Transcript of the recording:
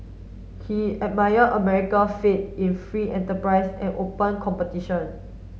he admired America faith in free enterprise and open competition